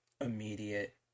immediate